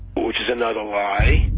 which was another lie.